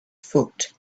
foot